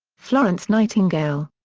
florence nightingale.